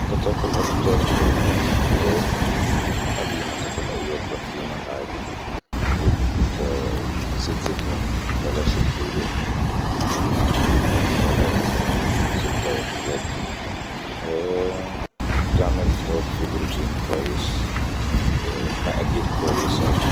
ان انت تأكل اكثر خضار ئبل م تاكل اي اكلة في يومك عادي وت-زيت زتون بلا ش زيوت ءء المشمعة ولاالزبده والحاجات دي تعمل فطار في بروتين كويس مقدير كويسة